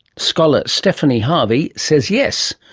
scholar stephanie harvey says yes.